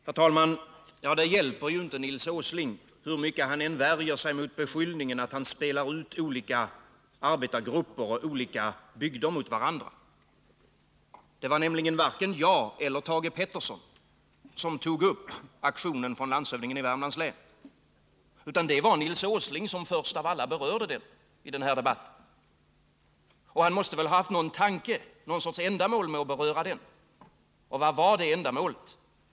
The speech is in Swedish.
Herr talman! Ja, det hjälper ju inte Nils Åsling hur mycket han än värjer sig mot beskyllningen att han spelar ut olika arbetargrupper och olika bygder mot varandra. Det var nämligen varken jag eller Thage Peterson som tog upp aktionen från landshövdingen i Värmlands län, utan det var Nils Åsling som först av alla berörde detta i den här debatten. Han måste väl ha haft något ändamål med att beröra aktionen. Vilket var då ändamålet?